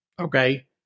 Okay